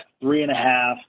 three-and-a-half